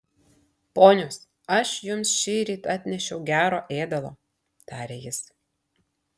ponios aš jums šįryt atnešiau gero ėdalo tarė jis